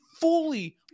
fully –